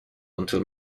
until